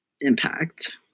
impact